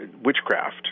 witchcraft